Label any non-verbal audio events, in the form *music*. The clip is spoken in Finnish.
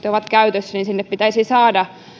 *unintelligible* ovat jo jääneet vanhanaikaisiksi pitäisi saada